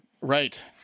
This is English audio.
right